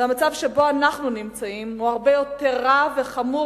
והמצב שבו אנו נמצאים הוא הרבה יותר רע וחמור